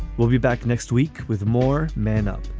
we'll be back next week with more man up